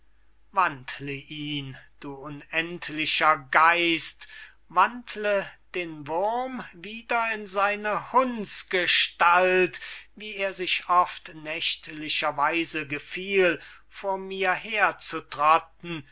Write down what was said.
wandle ihn du unendlicher geist wandle den wurm wieder in seine hundsgestalt wie er sich oft nächtlicher weise gefiel vor mir